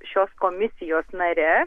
šios komisijos nare